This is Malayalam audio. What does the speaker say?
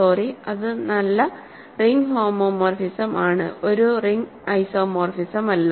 സോറി അത് നല്ല റിംഗ് ഹോമോമോർഫിസം ആണ് ഒരു റിംഗ് ഐസോമോർഫിസമല്ല